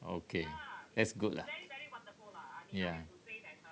okay that's good lah yeah